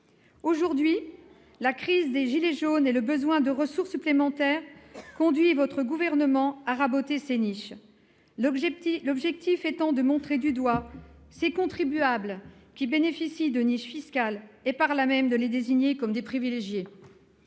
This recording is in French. Aujourd'hui, la crise des « gilets jaunes » et le besoin de ressources supplémentaires conduit votre gouvernement à raboter ces niches, l'objectif étant de montrer du doigt ces contribuables qui bénéficient de niches fiscales pour les désigner comme des privilégiés.